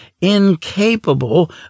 incapable